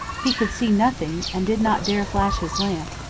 he could see nothing, and did not dare flash his lamp,